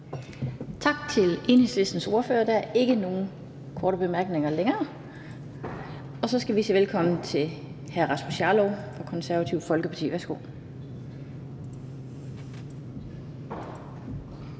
Tak til Enhedslistens ordfører. Der er ikke flere korte bemærkninger. Så skal vi sige velkommen til hr. Rasmus Jarlov fra Konservative Folkeparti. Værsgo.